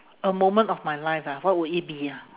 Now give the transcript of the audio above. a moment of my life ah what would it be ah